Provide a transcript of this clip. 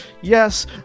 Yes